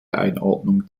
einordnung